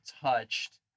touched